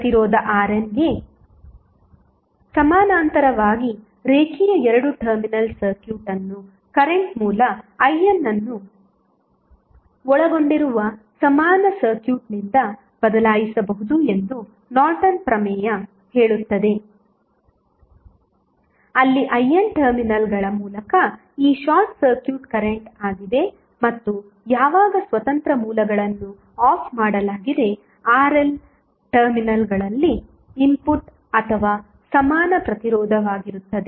ಪ್ರತಿರೋಧ RNಗೆ ಸಮಾನಾಂತರವಾಗಿ ರೇಖೀಯ 2 ಟರ್ಮಿನಲ್ ಸರ್ಕ್ಯೂಟ್ ಅನ್ನು ಕರೆಂಟ್ ಮೂಲ IN ಅನ್ನು ಒಳಗೊಂಡಿರುವ ಸಮಾನ ಸರ್ಕ್ಯೂಟ್ನಿಂದ ಬದಲಾಯಿಸಬಹುದು ಎಂದು ನಾರ್ಟನ್ ಪ್ರಮೇಯ ಹೇಳುತ್ತದೆ ಅಲ್ಲಿ IN ಟರ್ಮಿನಲ್ಗಳ ಮೂಲಕ ಈ ಶಾರ್ಟ್ ಸರ್ಕ್ಯೂಟ್ ಕರೆಂಟ್ ಆಗಿದೆ ಮತ್ತು ಯಾವಾಗ ಸ್ವತಂತ್ರ ಮೂಲಗಳನ್ನು ಆಫ್ ಮಾಡಲಾಗಿದೆ RN ಟರ್ಮಿನಲ್ಗಳಲ್ಲಿ ಇನ್ಪುಟ್ ಅಥವಾ ಸಮಾನ ಪ್ರತಿರೋಧವಾಗಿರುತ್ತದೆ